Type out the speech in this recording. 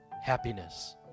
happiness